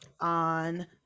on